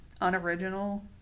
Unoriginal